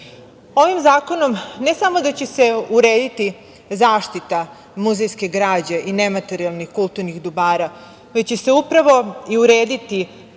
zakonom, ne samo da će se urediti zaštita muzejske građe i nematerijalnih kulturnih dobara, već će se upravo urediti